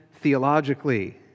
theologically